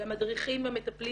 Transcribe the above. על המדריכים והמטפלים